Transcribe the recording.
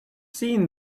seen